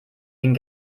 den